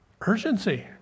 Urgency